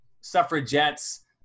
suffragettes